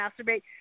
masturbate